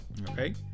Okay